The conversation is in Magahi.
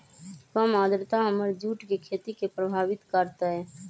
कम आद्रता हमर जुट के खेती के प्रभावित कारतै?